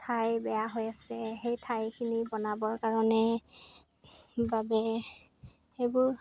ঠাই বেয়া হৈ আছে সেই ঠাইখিনি বনাবৰ কাৰণে বাবে সেইবোৰ